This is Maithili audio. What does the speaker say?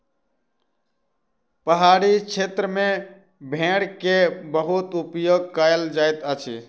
पहाड़ी क्षेत्र में भेड़ के बहुत उपयोग कयल जाइत अछि